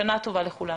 שנה טובה לכולכם.